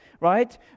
right